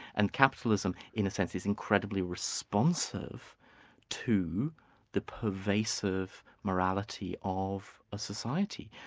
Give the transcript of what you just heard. and capitalism in a sense is incredibly responsive to the pervasive morality of a society.